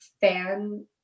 fan